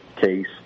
case